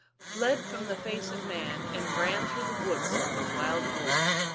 fled from the face of man, and ran through the woods like a wild wolf.